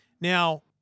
Now